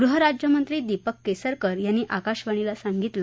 गृहराज्यमंत्री दीपक केसरकर यांनी आकाशवाणीला सांगितलं